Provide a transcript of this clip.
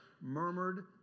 Murmured